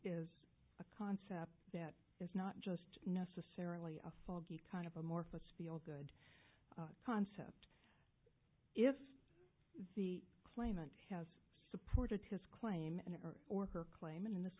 is a concept that is not just necessarily a foggy kind of amorphous field concept if the claimant has supported his claim and her or her claim and in this